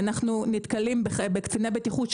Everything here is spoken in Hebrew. אנחנו נתקלים בקציני בטיחות,